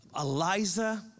Eliza